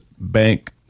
bank